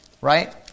Right